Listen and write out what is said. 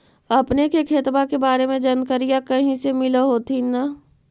अपने के खेतबा के बारे मे जनकरीया कही से मिल होथिं न?